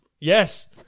Yes